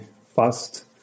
fast